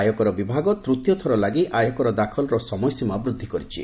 ଆୟକର ବିଭାଗ ତୃତୀୟଥର ପାଇଁ ଆୟକର ଦାଖଲର ସମୟସୀମା ବୃଦ୍ଧି କରିଛି